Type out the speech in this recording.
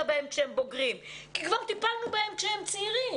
בהם כשהם בוגרים כי כבר טיפלנו בהם כשהם צעירים.